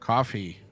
Coffee